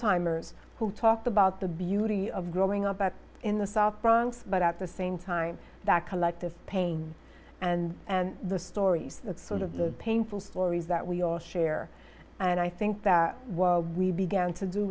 timers who talked about the beauty of growing up in the south bronx but at the same time that collective pains and and the stories that sort of the painful stories that we all share and i think that we began to do